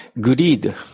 greed